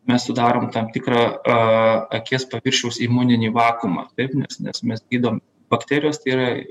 mes sudarom tam tikrą a akies paviršiaus imuninį vakuumą taip nes nes mes gydom bakterijos tai yra